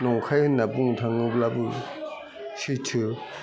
नंखाय होन्ना बुनो थाङोब्लाबो सैथो